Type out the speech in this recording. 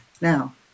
now